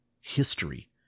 history